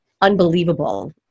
unbelievable